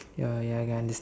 ya ya ya I can unders